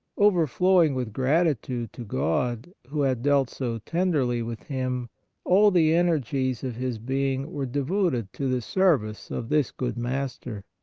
overflowing with gratitude to god, who had dealt so tenderly with him all the energies of his being were devoted to the service of this good master.